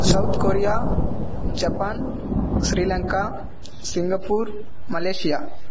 south Korea Japan Sri Lanka Singapore Malaysia